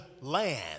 land